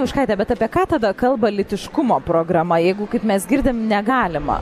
juškaite bet apie ką tada kalba lytiškumo programa jeigu kaip mes girdim negalima